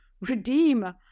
redeem